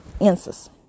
Answers